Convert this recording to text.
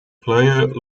player